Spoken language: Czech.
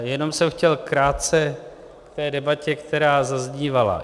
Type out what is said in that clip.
Jenom jsem chtěl krátce k debatě, která zaznívala.